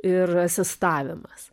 ir asistavimas